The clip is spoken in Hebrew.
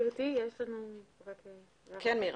בבקשה.